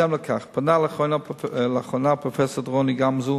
בהתאם לכך, פנה לאחרונה פרופסור רוני גמזו,